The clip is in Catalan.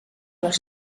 les